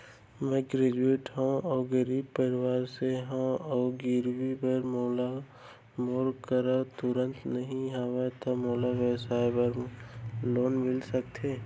मैं ग्रेजुएट हव अऊ गरीब परवार से हव अऊ गिरवी बर मोर करा तुरंत नहीं हवय त मोला व्यवसाय बर लोन मिलिस सकथे?